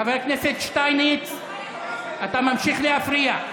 חבר הכנסת שטייניץ, אתה ממשיך להפריע.